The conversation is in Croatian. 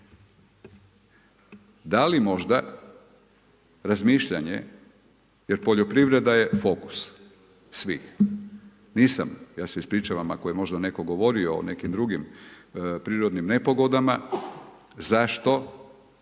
Da li možda razmišljanje, jer poljoprivreda je fokus svih. Nisam, ja se ispričavam ako je možda netko govorio o nekim drugim prirodnim nepogodama, zašto